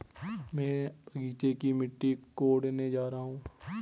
मैं बगीचे की मिट्टी कोडने जा रहा हूं